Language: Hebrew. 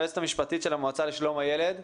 היועצת המשפטית של המועצה לשלום הילד.